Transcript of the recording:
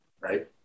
right